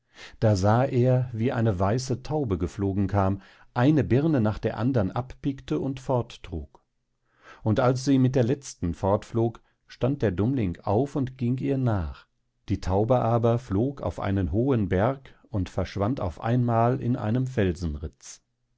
da sah er wie eine weiße taube geflogen kam eine birne nach der andern abpickte und fort trug und als sie mit der letzten fortflog stand der dummling auf und ging ihr nach die taube flog aber auf einen hohen berg und verschwand auf einmal in einem